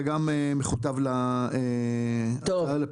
אתה גם מכותב לפתרון,